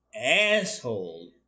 asshole